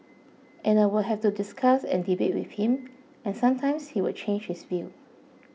and I would have to discuss and debate with him and sometimes he would change his view